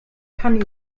kann